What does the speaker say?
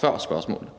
før spørgsmålene?